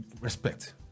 respect